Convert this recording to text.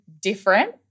different